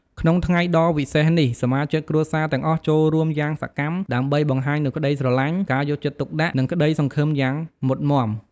ក្នុងថ្ងៃដ៏វិសេសនេះ សមាជិកគ្រួសារទាំងអស់ចូលរួមយ៉ាងសកម្មដើម្បីបង្ហាញនូវក្ដីស្រឡាញ់ ការយកចិត្តទុកដាក់ និងក្តីសង្ឃឹមយ៉ាងមុតមាំ។